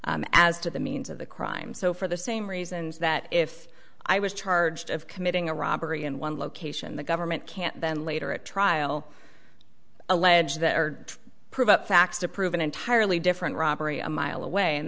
as to the means of the crime so for the same reasons that if i was charged of committing a robbery in one location the government can't then later at trial allege that prevent facts to prove an entirely different robbery a mile away and